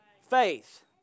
Faith